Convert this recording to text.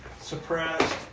Suppressed